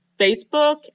Facebook